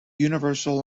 universal